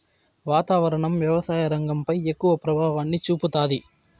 వాతావరణం వ్యవసాయ రంగంపై ఎక్కువ ప్రభావాన్ని చూపుతాది